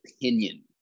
opinion